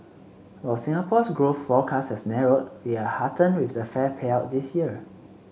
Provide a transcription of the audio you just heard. while Singapore's growth forecast has narrowed we are heartened with the fair payout this year